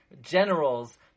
generals